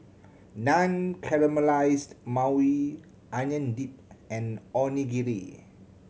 Naan Caramelized Maui Onion Dip and Onigiri